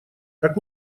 как